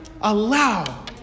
allow